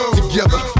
Together